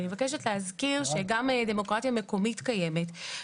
אני מבקשת להזכיר שגם דמוקרטיה מקומית קיימת,